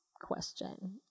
question